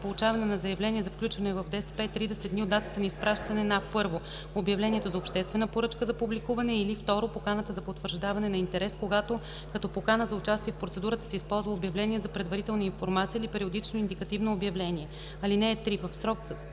получаване на заявления за включване в ДСП е 30 дни от датата на изпращане на: 1. обявлението за обществена поръчка за публикуване, или 2. поканата за потвърждаване на интерес, когато като покана за участие в процедура се използва обявление за предварителна информация или периодично индикативно обявление. (3) В срок